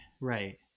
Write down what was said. right